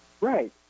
Right